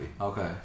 Okay